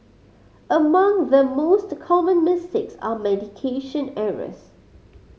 among the most common mistakes are medication errors